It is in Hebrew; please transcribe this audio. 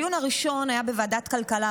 הדיון הראשון היה בוועדת הכלכלה,